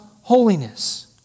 holiness